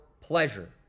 pleasure